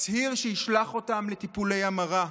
מצהיר שישלח אותם לטיפולי המרה.